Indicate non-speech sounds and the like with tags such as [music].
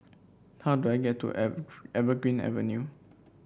how do I get to [unintelligible] Evergreen Avenue